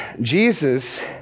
Jesus